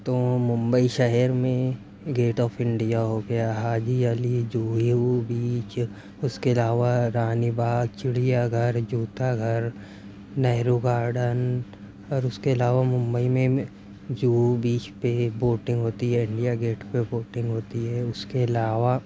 تو ممبئی شہر میں گیٹ آف انڈیا ہو گیا حاجی علی جوہیو بیچ اُس کے علاوہ رانی باغ چڑیا گھر جوتا گھر نہرو گارڈن اور اُس کے علاوہ ممبئی میں جوہو بیچ پہ بوٹنگ ہوتی ہے انڈیا گیٹ پہ بوٹنگ ہوتی ہے اُس کے علاوہ